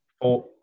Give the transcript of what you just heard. Four